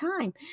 time